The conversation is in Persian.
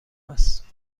است